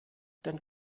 dann